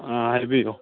ꯑꯥ ꯍꯥꯏꯕꯤꯌꯨ